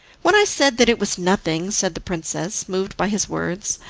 when i said that it was nothing, said the princess, moved by his words,